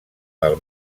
del